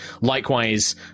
Likewise